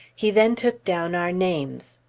he then took down our names.